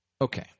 Okay